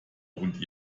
und